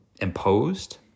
Imposed